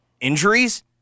injuries